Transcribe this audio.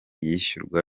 yishyurwa